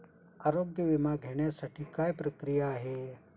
आरोग्य विमा घेण्यासाठी काय प्रक्रिया आहे?